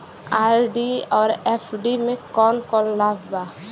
RD और FD क कौन कौन लाभ बा?